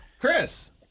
Chris